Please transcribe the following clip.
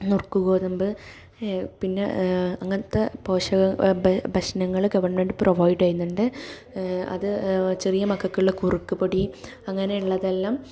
നുറുക്ക് ഗോതമ്പ് പിന്നെ അങ്ങനത്തെ പോഷക ഭക്ഷണങ്ങൾ ഗവൺമെൻറ് പ്രൊവൈഡ് ചെയ്യുന്നുണ്ട് അത് ചെറിയ മക്കൾക്കുള്ള കുറുക്ക് പൊടി അങ്ങനെ ഉള്ളതെല്ലാം